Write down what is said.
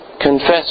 confess